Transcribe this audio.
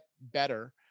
better